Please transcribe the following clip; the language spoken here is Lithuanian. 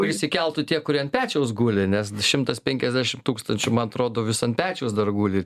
prisikeltų tie kurie ant pečiaus guli nes šimtas penkiasdešim tūkstančių man atrodo vis ant pečiaus dar guli